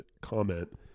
comment